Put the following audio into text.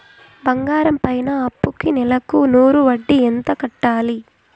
బంగారం పైన అప్పుకి నెలకు నూరు వడ్డీ ఎంత కట్టాలి?